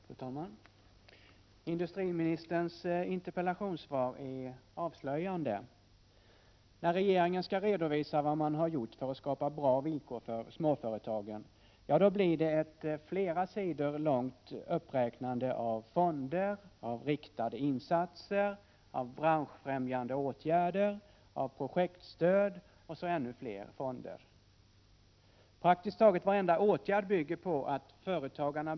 Fru talman! Industriministern tycks vara belåten när han redovisar den socialdemokratiska industripolitik som gäller småföretagen. Jag anser det i stället avslöjande hur socialistisk politik har utformats under de senaste åren. Industriministern säger själv i svaret: ”Regeringen har sedan år 1982 framgångsrikt genomfört en rad åtgärder för att stärka småföretagssektorn.